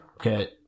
Okay